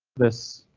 this.